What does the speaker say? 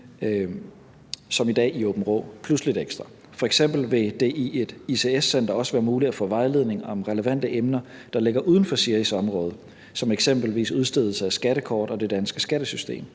som de i dag kan i Aabenraa, plus lidt ekstra. F.eks. vil det i et ICS-center også være muligt at få vejledning om relevante emner, der ligger uden for SIRI's område, som eksempelvis udstedelse af skattekort og det danske skattesystem.